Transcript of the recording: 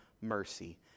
mercy